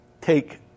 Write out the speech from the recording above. take